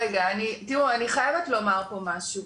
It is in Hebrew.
רגע, תראו, אני חייבת לומר פה משהו.